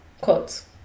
quotes